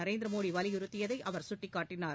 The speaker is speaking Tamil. நரேந்திர மோடி வலியுறுத்தியதை அவர் சுட்டிக் காட்டினார்